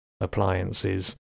appliances